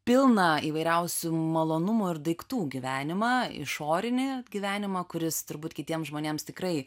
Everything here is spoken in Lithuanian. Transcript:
pilną įvairiausių malonumų ir daiktų gyvenimą išorinį gyvenimą kuris turbūt kitiems žmonėms tikrai